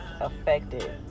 affected